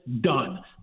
done